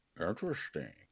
Interesting